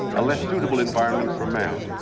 a less suitable environment for man.